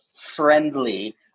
friendly